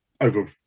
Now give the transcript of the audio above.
over